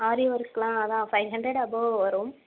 ஆரி வொர்க்லாம் அதான் five hundred above வரும்